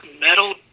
metal